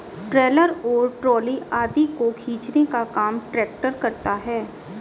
trailer और trolley आदि को खींचने का काम ट्रेक्टर करता है